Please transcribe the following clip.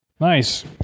Nice